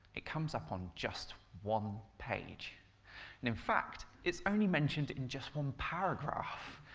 it comes up on just one page. and in fact, it's only mentioned in just one paragraph.